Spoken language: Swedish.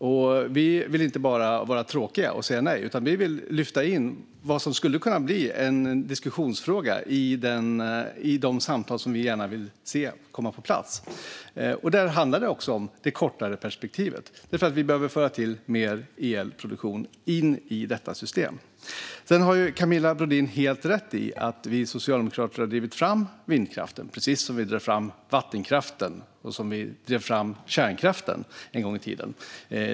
Men vi vill inte vara tråkiga och bara säga nej, utan vi vill lyfta in vad som skulle kunna bli en diskussionsfråga i de samtal som vi gärna vill se komma på plats. Där handlar det också om det kortare perspektivet, för vi behöver föra till mer elproduktion in i detta system. Sedan har Camilla Brodin helt rätt i att vi socialdemokrater har drivit fram vindkraften, precis som vi drev fram vattenkraften och drev fram kärnkraften en gång i tiden.